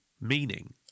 meaning